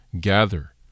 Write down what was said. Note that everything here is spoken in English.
gather